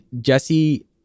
Jesse